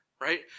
right